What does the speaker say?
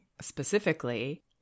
specifically